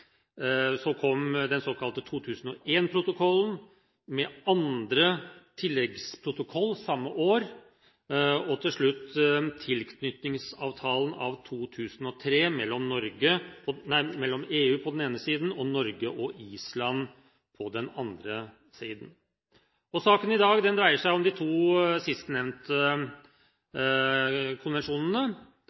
så kom den såkalte 2001-protokollen med Annen tilleggsprotokoll samme år, og til slutt tilknytningsavtalen av 2003 mellom EU på den ene siden og Norge og Island på den andre siden. Saken i dag dreier seg om de to sistnevnte konvensjonene